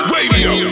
Radio